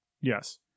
Yes